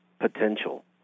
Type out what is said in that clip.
potential